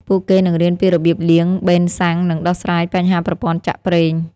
ពួកគេនឹងរៀនពីរបៀបលាង ប៊េនសាំង និងដោះស្រាយបញ្ហាប្រព័ន្ធចាក់ប្រេង។